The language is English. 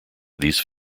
these